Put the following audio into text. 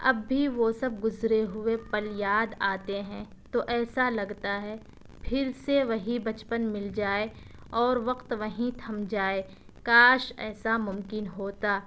اب بھی وہ سب گذرے ہوئے پل یاد آتے ہیں تو ایسا لگتا ہے پھر سے وہی بچپن مل جائے اور وقت وہیں تھم جائے کاش ایسا ممکن ہوتا